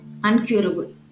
uncurable